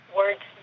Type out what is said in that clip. words